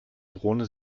drohne